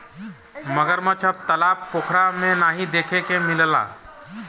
मगरमच्छ अब तालाब पोखरा में नाहीं देखे के मिलला